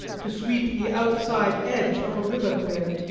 to sweep the outside edge of a river clear.